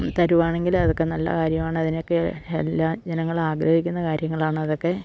തരികയാണെങ്കിൽ അതൊക്കെ നല്ല കാര്യമാണ് അതിനൊക്കെ എല്ലാ ജനങ്ങളും ആഗ്രഹിക്കുന്ന കാര്യങ്ങളാണ് അതൊക്കെ